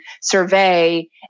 survey